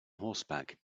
horseback